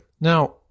Now